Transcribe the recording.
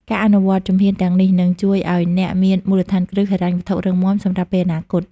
ការអនុវត្តជំហានទាំងនេះ នឹងជួយឱ្យអ្នកមានមូលដ្ឋានគ្រឹះហិរញ្ញវត្ថុរឹងមាំសម្រាប់ពេលអនាគត។